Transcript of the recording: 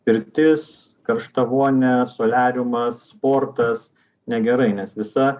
pirtis karšta vonia soliariumas sportas negerai nes visa